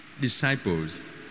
disciples